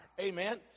Amen